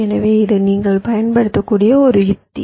எனவே இது நீங்கள் பயன்படுத்தக்கூடிய ஒரு உத்தி